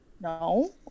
no